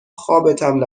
خوابتم